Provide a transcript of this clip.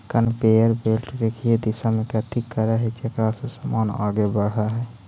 conveyor belt रेखीय दिशा में गति करऽ हई जेकरा से समान आगे बढ़ऽ हई